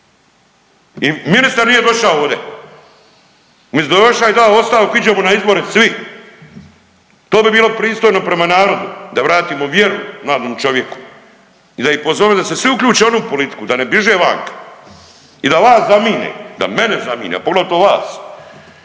I ministar nije došao ovdje. Umjesto da je doša i dao ostavku, iđemo na izbore svi, to bi bilo pristojno prema narodu, da vratimo vjeru mladom čovjeku i da ih pozovemo da se svi uključe oni u politiku, da ne biže vanka i da vas zamine, da mene zamine a poglavito vas.